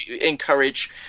encourage